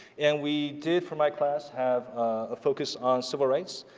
and we did for my class had a focus on civil rights,